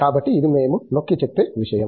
కాబట్టి అది మేము నొక్కిచెప్పే విషయం